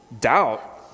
doubt